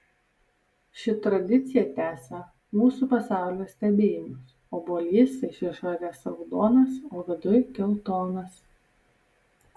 ši tradicija tęsia mūsų pasaulio stebėjimus obuolys iš išorės raudonas o viduj geltonas